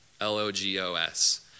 L-O-G-O-S